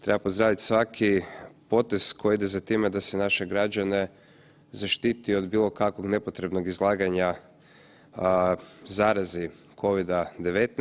Treba pozdraviti svaki potez koji ide za time da se naše građane zaštiti od bilo kakvog nepotrebnog izlaganja zarazi COVID-a 19.